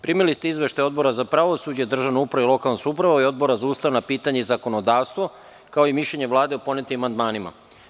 Primili ste izveštaje Odbora za pravosuđe, državnu upravu i lokalnu samoupravu i Odbora za ustavna pitanja i zakonodavstvo, kao i mišljenje Vlade o podnetim amandmanima.